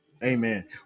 Amen